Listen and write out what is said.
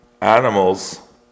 animals